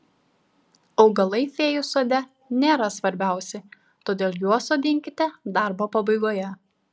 augalai fėjų sode nėra svarbiausi todėl juos sodinkite darbo pabaigoje